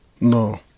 No